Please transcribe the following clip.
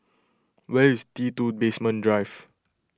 where is T two Basement Drive